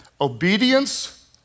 Obedience